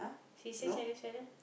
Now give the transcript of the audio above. he say Chinese fellow